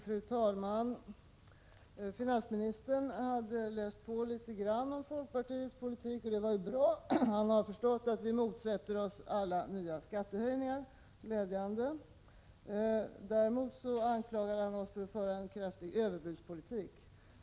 Fru talman! Finansministern hade läst på litet grand om folkpartiets politik. Det var bra. Han har förstått att vi motsätter oss alla nya skattehöjningar. Det är glädjande. Däremot anklagade han oss för att föra en kraftig överbudspolitik.